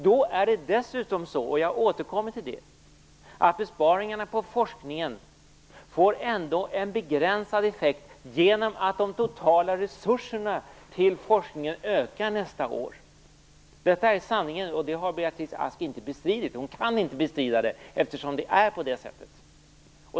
Det är dessutom så - jag återkommer till det - att besparingarna på forskningens område ändå får en begränsad effekt genom att de totala resurserna till forskningen ökar nästa år. Detta är sanningen, och det har Beatrice Ask inte bestridit. Hon kan inte bestrida det, eftersom det är på det sättet.